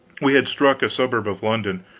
we had struck a suburb of london,